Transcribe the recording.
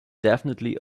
definitely